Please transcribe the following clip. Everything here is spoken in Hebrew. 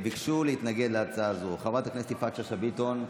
ביקשו להתנגד להצעה זו חברת הכנסת יפעת שאשא ביטון,